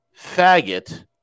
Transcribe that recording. faggot